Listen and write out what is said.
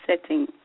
setting